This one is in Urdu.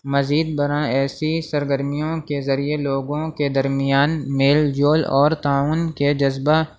مزید برآں ایسی سرگرمیوں کے ذریعے لوگوں کے درمیان میل جول اور تعاون کے جذبہ